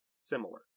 similar